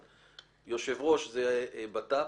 היושב ראש יהיה המשרד לביטחון פנים.